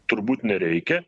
turbūt nereikia